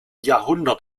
jahrhundert